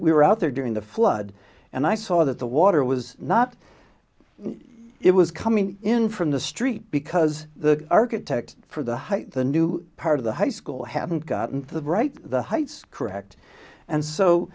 we were out there during the flood and i saw that the water was not it was coming in from the street because the architect for the height the new part of the high school haven't gotten the right the height correct and so